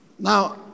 Now